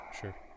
sure